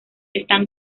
están